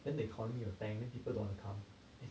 then the economy or bank people don't wanna come